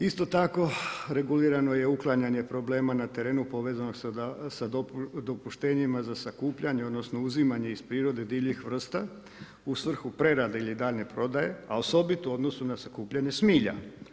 Isto tako regulirano je uklanjanje problema na terenu povezanog sa dopuštenjima za sakupljanje odnosno uzimanje iz prirode divljih vrsta u svrhu preradbe ili daljnje prodaje, a osobito u odnosu na sakupljanje smilja.